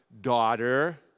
daughter